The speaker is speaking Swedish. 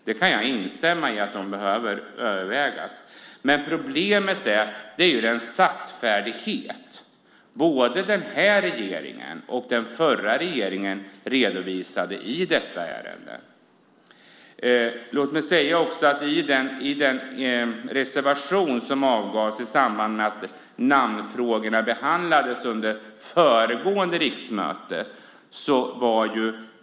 Jag kan instämma i att det behöver övervägas, men problemet är den saktfärdighet som både den här och den förra regeringen redovisade i detta ärende. Låt mig också säga att den nuvarande alliansen var väldigt kritisk i den reservation som avgavs i samband med att namnfrågorna behandlades under föregående riksmöte.